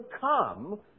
come